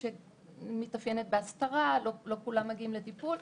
שמתאפיינת בהסתרה ולא כולם מגיעים לטיפול,